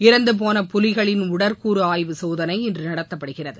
இறந்து போன புலிகளின் உடற்கூறு ஆய்வு சோதனை இன்று நடத்தப்படுகிறது